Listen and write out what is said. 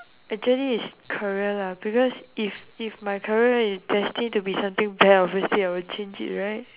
actually is career lah because if if my career right is destine to be something bad obviously I would change it right